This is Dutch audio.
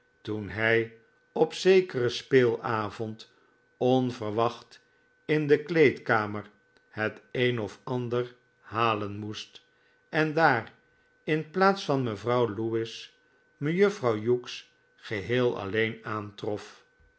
toen hij op zekeren speelavond onverwacht in de kleedkamer het een of ander halen moest en daar in plaats van mevrouw lewis mejuffrouw hughes geheel alleen aantrof